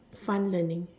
fun learning